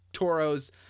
Toro's